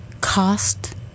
Cost